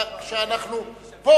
כשאנחנו פה,